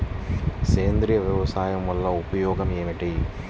సేంద్రీయ వ్యవసాయం వల్ల ఉపయోగం ఏమిటి?